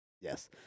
Yes